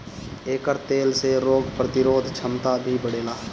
एकर तेल से रोग प्रतिरोधक क्षमता भी बढ़ेला